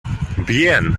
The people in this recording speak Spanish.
bien